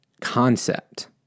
concept